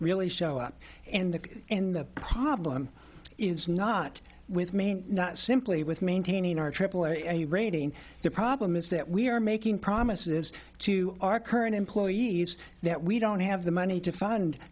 really show up and the and the problem is not with main not simply with maintaining our aaa rating the problem is that we are making promises to our current employees that we don't have the money to fund